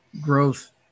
growth